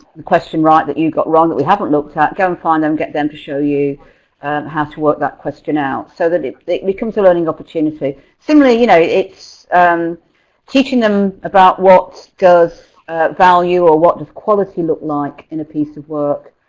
the question right that you got wrong that we haven't looked at. ah go and find them, get them to show you how to work that question out. so that it becomes a learning opportunity. similarly you know it's teaching them about what does value or what does quality look like and piece of work